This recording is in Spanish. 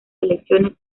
elecciones